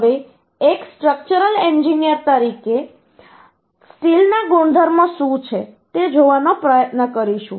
હવે એક structural engineer તરીકે આપણે સ્ટ્રક્ચરલ સ્ટીલના ગુણધર્મો શું છે તે જોવાનો પ્રયત્ન કરીશું